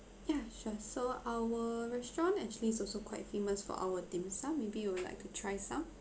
ya sure so our restaurant actually also quite famous for our dim sum maybe you would like to try some